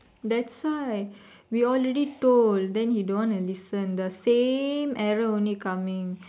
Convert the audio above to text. that's why we already told then he don't want to listen the same error only coming